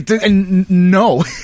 No